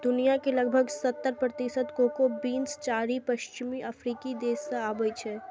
दुनिया के लगभग सत्तर प्रतिशत कोको बीन्स चारि पश्चिमी अफ्रीकी देश सं आबै छै